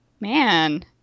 man